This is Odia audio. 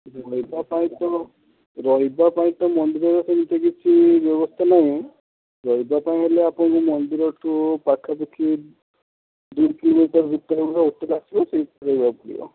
ତା ସହିତ ରହିବା ପାଇଁ ତ ମନ୍ଦିରରେ ସେମିତି କିଛି ବ୍ୟବସ୍ଥା ନାହିଁ ରହିବା ପାଇଁ ହେଲେ ଆପଣଙ୍କୁ ମନ୍ଦିରଠୁ ପାଖପାଖି ଦୁଇ ତିନି କିଲୋମିଟର ଭିତରେ ହୋଟେଲ୍ ଆସିବ ସେଇଠି ରହିବାକୁ ପଡ଼ିବ